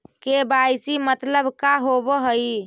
KYC मतलब का होव हइ?